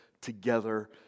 together